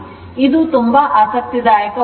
ಇದು ತುಂಬಾ ಆಸಕ್ತಿದಾಯಕವಾಗಿದೆ